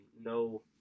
No